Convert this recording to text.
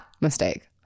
mistake